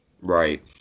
Right